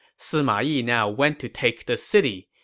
sima yi now went to take the city.